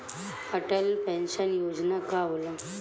Atal pension योजना का होला?